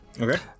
okay